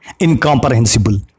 incomprehensible